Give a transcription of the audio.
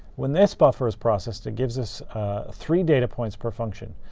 when this buffer is processed, it gives us three data points per function.